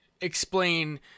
explain